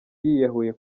yiyahuye